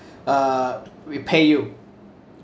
uh repay you